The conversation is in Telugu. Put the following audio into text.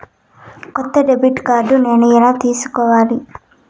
కొత్త డెబిట్ కార్డ్ నేను ఎలా తీసుకోవాలి?